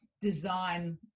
design